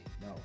No